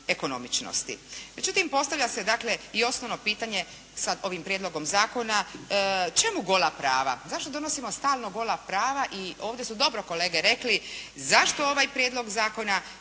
Međutim, postavlja se dakle, i osnovno pitanje sa ovim prijedlogom zakona čemu gola prava, zašto donosimo stalno gola prava i ovdje su dobro kolege rekli zašto ovaj prijedlog zakona